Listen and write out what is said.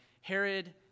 Herod